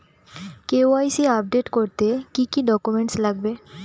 KYC update করতে কি কি ডকুমেন্টস লাগবে?